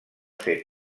ser